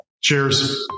Cheers